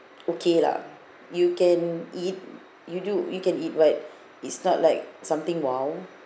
okay lah you can eat you do you can eat but it's not like something !wow!